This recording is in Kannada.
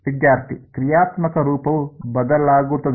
ವಿದ್ಯಾರ್ಥಿ ಕ್ರಿಯಾತ್ಮಕ ರೂಪವು ಬದಲಾಗುತ್ತದೆ